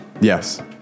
Yes